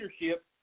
leadership